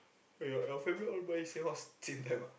eh your your family all buy same house same time ah